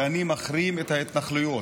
ואני מחרים את ההתנחלויות.